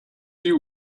you